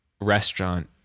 restaurant